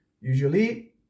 Usually